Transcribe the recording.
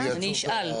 אני אשאל.